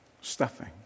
stuffing